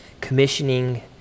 commissioning